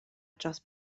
dros